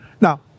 Now